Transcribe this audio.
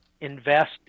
invest